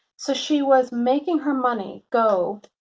so she was making her money go,